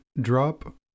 drop